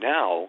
Now